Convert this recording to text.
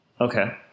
Okay